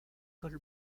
col